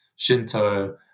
Shinto